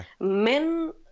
Men